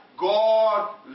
God